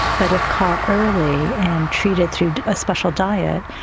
but if caught early and treated through a special diet.